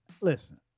Listen